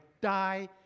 die